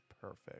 perfect